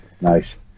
nice